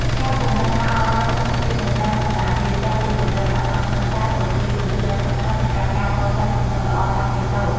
ការពង្រឹងការអប់រំសុខភាពនៅតាមសាលារៀនចាប់ពីកម្រិតបឋមសិក្សាក៏ជាគន្លឹះដ៏សំខាន់សម្រាប់ការកសាងទម្លាប់ល្អតាំងពីតូច។